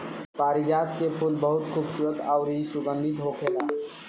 पारिजात के फूल बहुत खुबसूरत अउरी सुगंधित होखेला